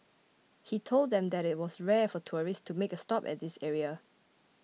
he told them that it was rare for tourists to make a stop at this area